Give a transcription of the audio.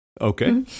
Okay